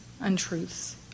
untruths